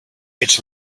its